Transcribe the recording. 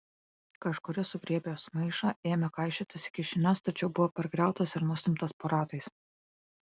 kažkuris sugriebęs maišą ėmė kaišiotis į kišenes tačiau buvo pargriautas ir nustumtas po ratais